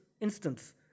instance